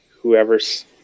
whoever's